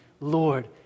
Lord